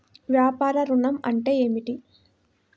వ్యాపార ఋణం అంటే ఏమిటి?